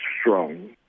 strong